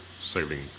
sailing